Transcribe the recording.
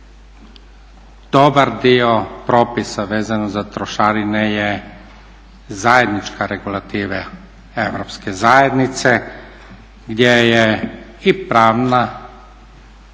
dobar dio propisa vezano za trošarine je zajednička regulativa Europske zajednice gdje je i pravna